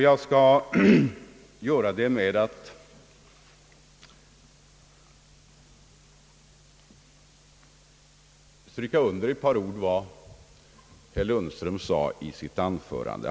Jag skall göra det med att stryka under ett par ord i herr Lundströms anförande.